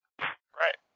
Right